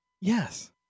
Yes